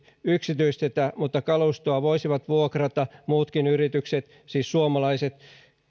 yksityistetä mutta kalustoa voisivat vuokrata muutkin yritykset siis suomalaiset